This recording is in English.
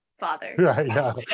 father